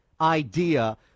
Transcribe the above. idea